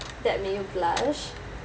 that made you blush